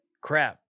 crap